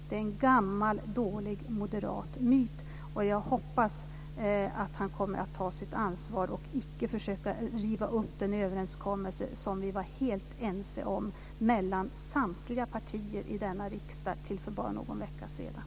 Det är en gammal dålig moderat myt, och jag hoppas att han kommer att ta sitt ansvar och icke försöka riva upp den överenskommelse som vi var helt ense om mellan samtliga partier i denna riksdag tills för bara någon vecka sedan.